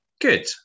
Good